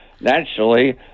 naturally